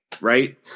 right